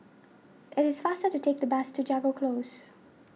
it is faster to take the bus to Jago Close